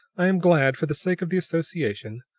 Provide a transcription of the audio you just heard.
i am glad, for the sake of the association,